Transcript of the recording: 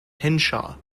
henshaw